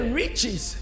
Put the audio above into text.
riches